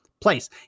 place